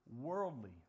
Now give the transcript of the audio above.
worldly